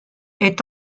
est